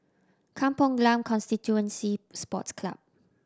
Kampong Glam Constituency Sports Club